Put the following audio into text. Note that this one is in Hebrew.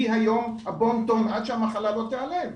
היא היום הבון-טון עד שהמחלה לא תיעלם.